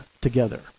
together